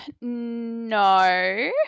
no